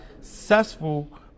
successful